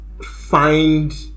find